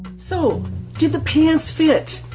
so did the pants fit?